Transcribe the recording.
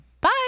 Bye